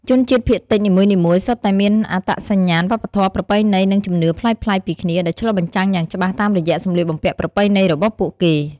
ជនជាតិភាគតិចនីមួយៗសុទ្ធតែមានអត្តសញ្ញាណវប្បធម៌ ប្រពៃណី និងជំនឿប្លែកៗពីគ្នា ដែលឆ្លុះបញ្ចាំងយ៉ាងច្បាស់តាមរយៈសម្លៀកបំពាក់ប្រពៃណីរបស់ពួកគេ។